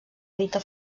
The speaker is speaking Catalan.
dita